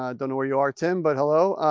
i don't know where you are, tim, but hello.